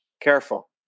careful